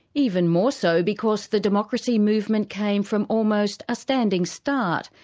even more so because the democracy movement came from almost a standing start.